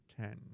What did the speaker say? ten